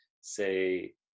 say